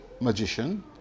magician